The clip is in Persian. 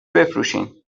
بفروشین